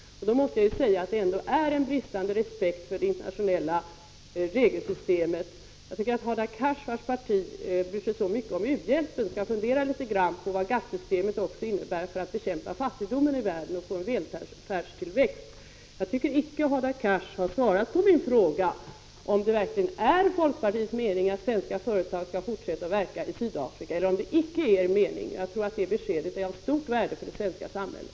Det är bristande respekt för det internationella regelsystemet att inte beakta detta. Jag tycker att Hadar Cars, vars parti bryr sig så mycket om u-hjälpen, skall fundera litet grand också på vad GATT-systemet innebär för att bekämpa fattigdomen i världen och få en välfärdstillväxt. Jag tycker icke att Hadar Cars har svarat på min fråga, om det verkligen är folkpartiets mening att svenska företag skall fortsätta att verka i Sydafrika, eller om det icke är er mening. Jag tror att det beskedet är av stort värde för det svenska samhället.